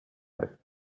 left